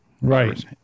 Right